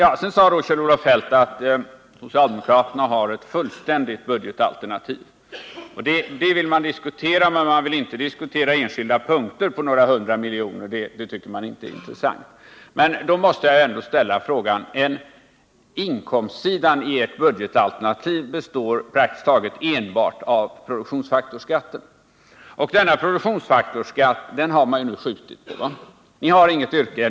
Kjell-Olof Feldt sade att socialdemokraterna har ett fullständigt budgetalternativ. Det vill man diskutera, men man vill inte diskutera enskilda punkter på några hundra miljoner kronor. Det är tydligen inte intressant. Då måste jag ändå få säga: Inkomstsidan i ert budgetalternativ består praktiskt taget enbart av produktionsfaktorsskatten, och den har man nu skjutit på.